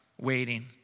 waiting